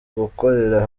gukorera